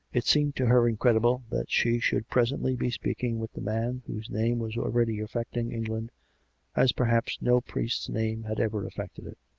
it seemed to her incredible that she should presently be speaking with the man, whose name was already affecting england as perhaps no priest's name had ever affected it.